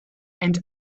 and